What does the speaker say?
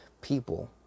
people